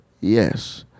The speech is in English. yes